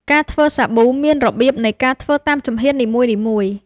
ការធ្វើសាប៊ូ មានរបៀបនៃការធ្វើតាមជំហាននីមួយៗ។